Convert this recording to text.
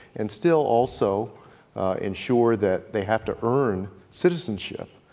and still also ensure that they have to earn citizenship,